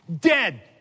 dead